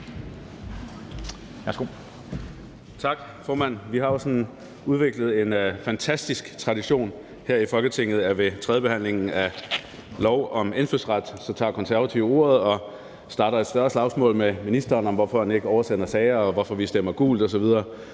Tak, formand. Vi har jo sådan udviklet en fantastisk tradition her i Folketinget om, at ved tredjebehandlingen af lov om indfødsrets meddelelse tager Konservative ordet og starter et større slagsmål med ministeren om, hvorfor han ikke oversender sager, og hvorfor vi stemmer gult osv.